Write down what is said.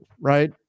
right